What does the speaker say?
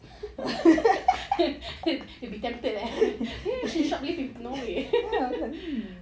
they will be tempted ah ya should shoplift in norway